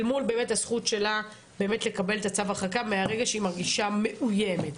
אל מול הזכות שלה באמת לקבל את צו ההרחקה מהרגע שהיא מרגישה מאוימת,